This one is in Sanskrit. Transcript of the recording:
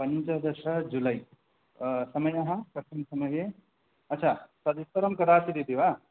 पञ्चदश जुलै समयः कस्थन् समये अच्छ तदुत्तरं कदाचित् इति वा